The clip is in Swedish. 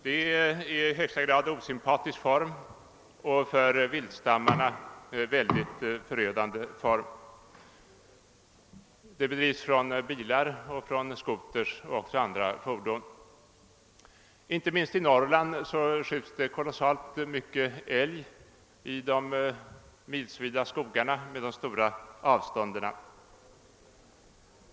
Det är en i högsta grad osympatisk jakt, och för viltstammarna mycket förödande, som bedrivs från bilar, scootrar och andra fordon. Inte minst i Norrland skjuts det enligt uppgift mycket älg i de milsvida skogarna med de stora avstånden.